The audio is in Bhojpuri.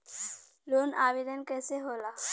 लोन आवेदन कैसे होला?